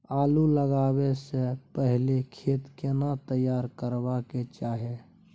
आलू लगाबै स पहिले खेत केना तैयार करबा के चाहय?